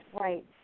right